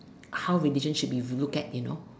how relationship be looked at you know